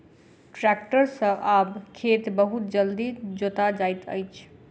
tractor सॅ आब खेत बहुत जल्दी जोता जाइत अछि